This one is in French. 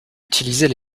utiliser